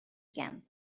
camp